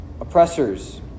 oppressors